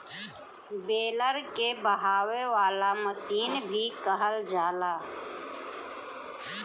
baler के बहावे वाला मशीन भी कहल जाला